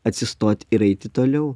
atsistot ir eiti toliau